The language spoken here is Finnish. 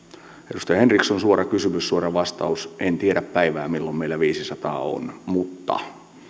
edustaja henriksson suora kysymys suora vastaus en tiedä päivää milloin meillä viisisataa on mutta